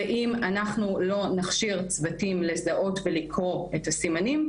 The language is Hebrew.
ואם אנחנו לא נכשיר צוותים לזהות ולקרוא את הסימנים,